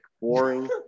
boring